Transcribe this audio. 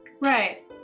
Right